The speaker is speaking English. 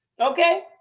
okay